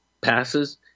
passes